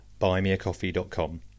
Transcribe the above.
buymeacoffee.com